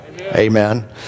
Amen